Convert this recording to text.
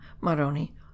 maroni